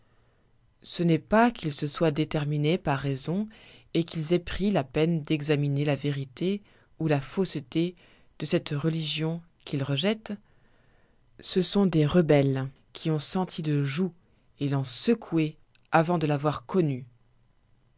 ce n'est pas qu'ils se soient déterminés par raison et qu'ils aient pris la peine d'examiner la vérité ou la fausseté de cette religion qu'ils rejettent ce sont des rebelles qui ont senti le joug et l'ont secoué avant de l'avoir connu